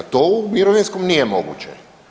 To u mirovinskom nije moguće.